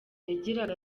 yagiraga